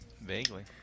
Vaguely